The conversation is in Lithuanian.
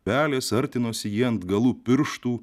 pelės artinosi jį ant galų pirštų